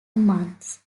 months